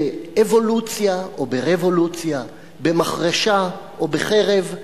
באבולוציה או ברבולוציה, במחרשה או בחרב,